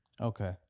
okay